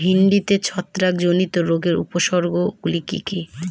ভিন্ডিতে ছত্রাক জনিত রোগের উপসর্গ গুলি কি কী?